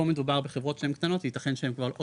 פה מדובר בחברות שהן קטנות וייתכן שהן עוד